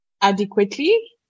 adequately